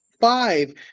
five